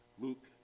Luke